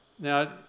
Now